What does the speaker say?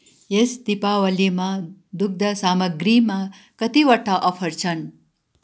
यस दिपावालीमा दुग्ध सामग्रीमा कतिवटा अफर छन्